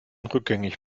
rückgängig